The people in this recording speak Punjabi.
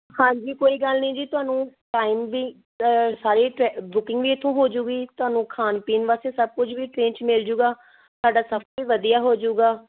ਹਾਂਜੀ ਕੋਈ ਗੱਲ ਨਹੀਂ ਜੀ ਤੁਹਨੂੰ ਵੀ ਸਾਰੀ ਬੁਕਿੰਗ ਵੀ ਇੱਥੋਂ ਹੋ ਜੂਗੀ ਤੁਹਾਨੂੰ ਖਾਣ ਪੀਣ ਵਾਸਤੇ ਸਭ ਕੁਝ ਵੀ ਟਰੇਨ 'ਚ ਮਿਲ ਜੂਗਾ ਤੁਹਾਡਾ ਸਭ ਵਧੀਆ ਹੋ ਜੂਗਾ